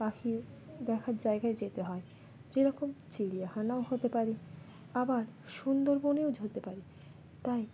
পাখি দেখার জায়গায় যেতে হয় যেরকম চিড়িয়াখানাও হতে পারি আবার সুন্দরবনেও হরতে পারি তাই